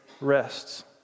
rests